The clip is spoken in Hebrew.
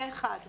זה אחד.